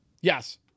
Yes